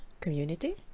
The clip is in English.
community